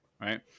right